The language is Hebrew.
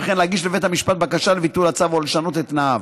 וכן להגיש לבית המשפט בקשה לביטול הצו או לשנות את תנאיו.